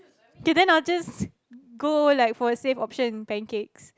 then I'll just go like for a safe option pancakes